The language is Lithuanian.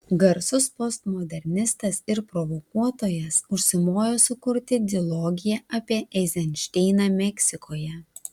garsus postmodernistas ir provokuotojas užsimojo sukurti dilogiją apie eizenšteiną meksikoje